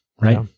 Right